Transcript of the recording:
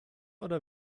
oder